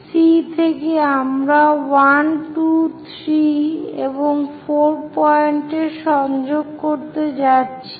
C থেকে আমরা 1 2 3 এবং 4 পয়েন্ট সংযোগ করতে যাচ্ছি